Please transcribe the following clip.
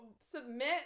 submit